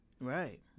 Right